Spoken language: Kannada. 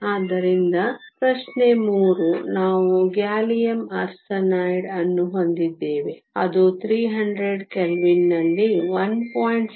ಆದ್ದರಿಂದ ಪ್ರಶ್ನೆ 3 ನಾವು ಗ್ಯಾಲಿಯಮ್ ಆರ್ಸೆನೈಡ್ ಅನ್ನು ಹೊಂದಿದ್ದೇವೆ ಅದು 300 ಕೆಲ್ವಿನ್ ನಲ್ಲಿ 1